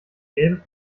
gelbe